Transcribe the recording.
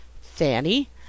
Fanny